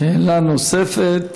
שאלה נוספת.